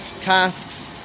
casks